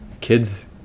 kids